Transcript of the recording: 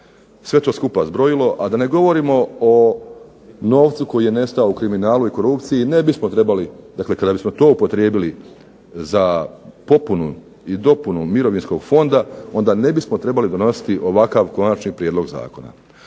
sve to skupa zbrojilo a da ne govorimo o novcu koji je nestao u kriminalu i korupciji, ne bismo trebali, dakle kada bismo to upotrijebili za dopunu mirovinskog fonda onda ne bismo trebali donositi ovakav Prijedlog zakona.